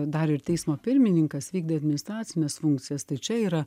dar ir teismo pirmininkas vykdai administracines funkcijas tai čia yra